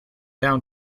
down